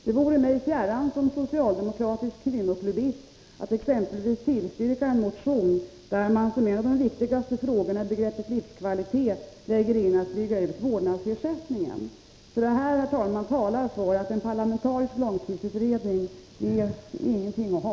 Det vore mig fjärran som socialdemokratisk kvinnoklubbist att exempelvis tillstyrka en motion där man lägger in som en av de viktigaste frågorna i begreppet livskvalitet utbyggnaden av vårdnadsersättningen. Det här, herr talman, talar för att en parlamentarisk långtidsutredning inte är någonting att ha.